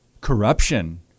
corruption